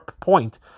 point